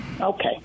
Okay